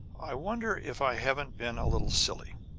i wonder if i haven't been a little silly?